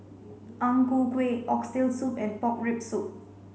Ang Ku Kueh oxtail soup and pork rib soup